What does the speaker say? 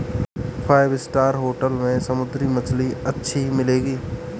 five star hotel में समुद्री मछली अच्छी मिलेंगी